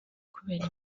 kubera